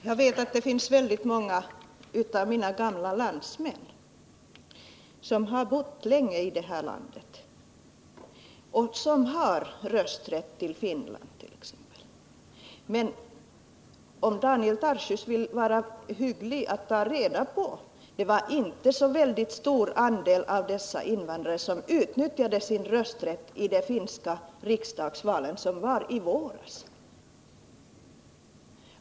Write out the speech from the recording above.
Fru talman! Jag vet att väldigt många av mina gamla landsmän, som har bott länge i Sverige, har rösträtt i Finland. Men det var inte, vilket Daniel Tarschys bör ha reda på, så stor andel av dem som utnyttjade sin rösträtt i det finska riksdagsvalet i våras.